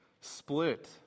split